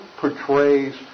portrays